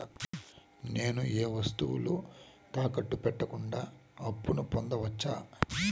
నేను ఏ వస్తువులు తాకట్టు పెట్టకుండా అప్పును పొందవచ్చా?